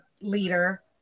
leader